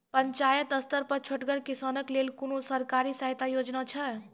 पंचायत स्तर पर छोटगर किसानक लेल कुनू सरकारी सहायता योजना छै?